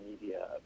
media